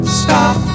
stop